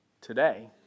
Today